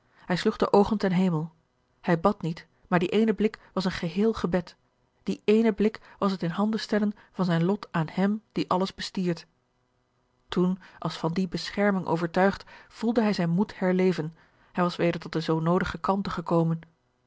hij sloeg de oogen ten hemel hij bad niet maar die ééne blik was een geheel gebed die ééne blik was het in handen stellen van zijn lot aan hem die alles bestiert toen als van die bescherming overtuigd voelde hij zijn moed herleven hij was weder tot de zoo noodige kalmte gekomen